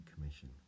commission